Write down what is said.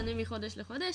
משתנה מחודש לחודש